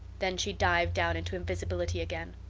then she dived down into invisibility again.